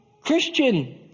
Christian